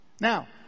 Now